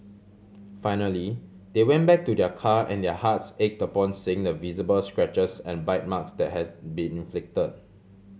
finally they went back to their car and their hearts ached upon seeing the visible scratches and bite marks that has been inflict